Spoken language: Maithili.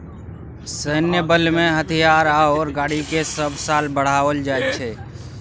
सैन्य बलमें हथियार आओर गाड़ीकेँ सभ साल बढ़ाओल जाइत छै